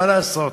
מה לעשות.